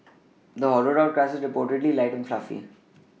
the hollowed out crust is reportedly light and fluffy